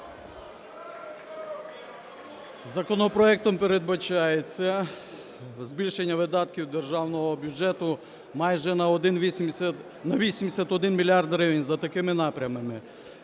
Законопроектом передбачається збільшення видатків державного бюджету майже на 81 мільярд гривень за такими напрямами: